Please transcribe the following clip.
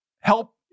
help